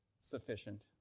sufficient